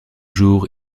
jours